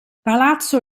palazzo